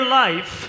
life